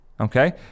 Okay